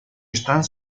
están